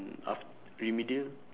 aft~ remedial